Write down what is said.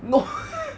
no